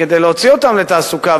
כדי להוציא אותם לתעסוקה,